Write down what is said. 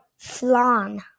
Flan